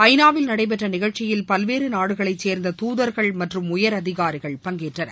ஐநாவில் நடைபெற்ற நிகழ்ச்சியில் பல்வேறு நாடுகளைச் சேர்ந்த தூதர்கள் மற்றும் உயரதிகாரிகள் பஙகேற்றனர்